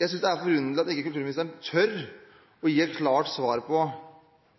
Jeg synes det er forunderlig at kulturministeren ikke tør å gi et klart svar på om